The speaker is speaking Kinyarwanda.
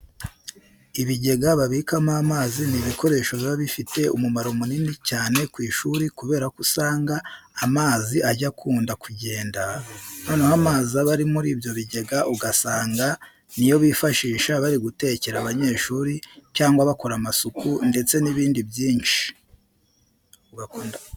Ibigega babikamo amazi ni ibikoresho biba bifite umumaro munini cyane ku ishuri kubera ko usanga amazi ajya akunda kugenda, noneho amazi aba ari muri ibyo bigega ugasanga ni yo bifashisha bari gutekera abanyeshuri cyangwa bakora amasuku ndetse n'ibindi byinshi.